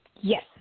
Yes